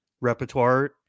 repertoire